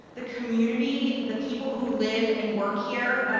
the community, the people who live and work here,